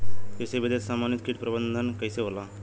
कृषि विधि से समन्वित कीट प्रबंधन कइसे होला?